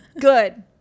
good